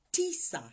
tisa